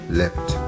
left